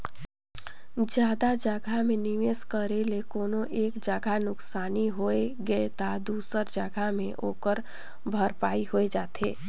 जादा जगहा में निवेस करे ले कोनो एक जगहा नुकसानी होइ गे ता दूसर जगहा में ओकर भरपाई होए जाथे